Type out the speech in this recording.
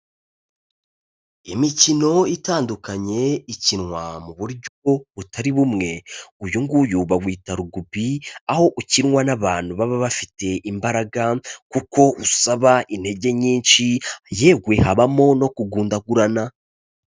Imikino itandukanye ikinwa mu buryo butari bumwe, uyu nguyu bawita Rugubi, aho ukinwa n'abantu baba bafite imbaraga kuko usaba intege nyinshi, yewe habamo no kugundagurana.